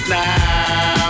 now